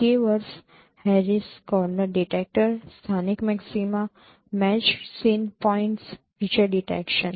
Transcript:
keywords Harris corner detector સ્થાનિક maxima match scene points feature detection